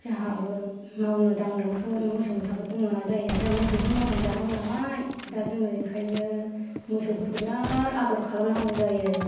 जोंहाबो मावनो दांनोबोथ' मोसौ मोसाफोरखौ मोना जायोना जोंहा मोसौ मोसाजों मावनानै जानांगौ नालाय दा जों बेखायनो मोसौफोरखौ बिराद आदर खालामनांगौ जायो